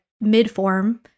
mid-form